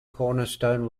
cornerstone